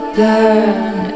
burn